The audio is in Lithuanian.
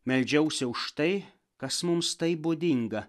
meldžiausi už tai kas mums taip būdinga